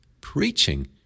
preaching